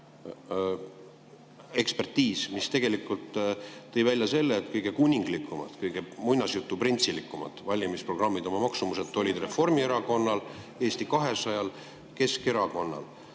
ekspertiis, mis tegelikult tõi välja selle, et kõige kuninglikumad, kõige muinasjutuprintsilikumad valimisprogrammid oma maksumuselt olid Reformierakonnal, Eesti 200-l ja Keskerakonnal.